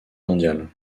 mondiale